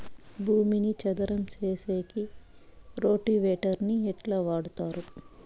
భూమిని చదరం సేసేకి రోటివేటర్ ని ఎట్లా వాడుతారు?